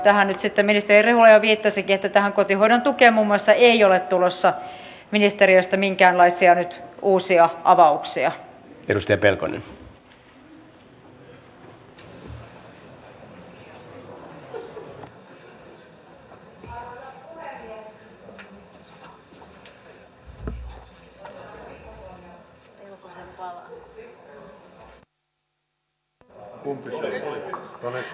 tähän nyt sitten ministeri rehula jo viittasikin että tähän kotihoidon tukeen muun muassa ei ole tulossa ministeriöstä nyt minkäänlaisia uusia avauksia